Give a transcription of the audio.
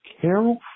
Carol